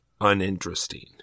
uninteresting